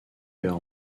heures